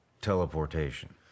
teleportation